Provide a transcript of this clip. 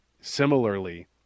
Similarly